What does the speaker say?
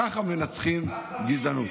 ככה מנצחים גזענות.